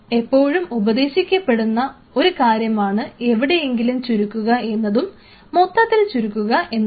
എപ്പോഴും ഉപദേശിക്കപ്പെടുന്ന ഒരു കാര്യമാണ് എവിടെയെങ്കിലും ചുരുക്കുക എന്നതും മൊത്തത്തിൽ ചുരുക്കുക എന്നുള്ളതും